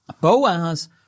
Boaz